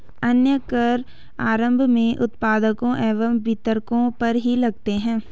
अन्य कर आरम्भ में उत्पादकों एवं वितरकों पर ही लगते हैं